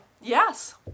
Yes